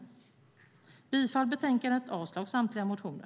Jag yrkar bifall till förslaget i betänkandet och avslag på samtliga motioner.